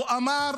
הוא אמר: